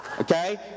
Okay